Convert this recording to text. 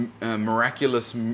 miraculous